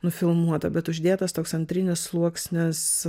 nufilmuota bet uždėtas toks antrinis sluoksnis